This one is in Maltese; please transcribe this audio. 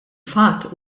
fatt